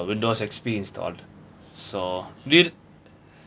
windows X_P installed so real